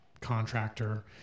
contractor